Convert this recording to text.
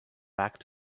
back